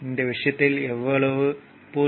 இந்த விஷயத்தில் எவ்வளவு 0